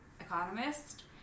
economist